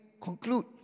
conclude